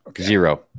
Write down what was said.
zero